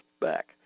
back